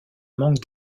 manque